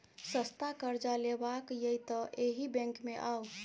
सस्ता करजा लेबाक यै तए एहि बैंक मे आउ